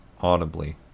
audibly